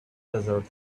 desert